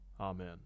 amen